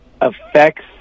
affects